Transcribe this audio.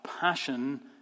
passion